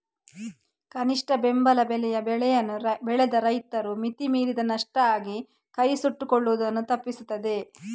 ಕನಿಷ್ಠ ಬೆಂಬಲ ಬೆಲೆಯು ಬೆಳೆಯನ್ನ ಬೆಳೆದ ರೈತರು ಮಿತಿ ಮೀರಿದ ನಷ್ಟ ಆಗಿ ಕೈ ಸುಟ್ಕೊಳ್ಳುದನ್ನ ತಪ್ಪಿಸ್ತದೆ